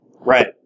Right